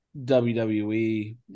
WWE